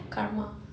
karma